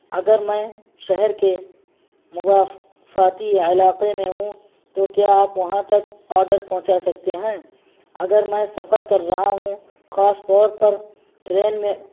اگر میں شہر کے مضافاتی علاقے میں ہوں تو کیا آپ وہاں تک آرڈر پہنچا سکتے ہیں اگر میں سفر کر رہا ہوں خاص طور پر ٹرین میں